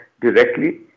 directly